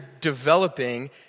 developing